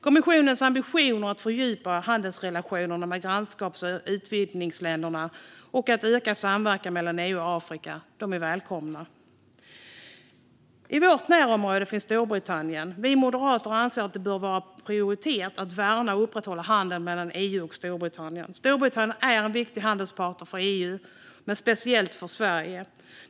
Kommissionens ambitioner att fördjupa handelsrelationerna med grannskaps och utvidgningsländerna och öka samverkan mellan EU och Afrika är välkomna. I vårt närområde finns Storbritannien. Vi moderater anser att det bör vara en prioritet att värna och upprätthålla handeln mellan EU och Storbritannien. Storbritannien är en viktig handelspartner för EU men speciellt för Sverige.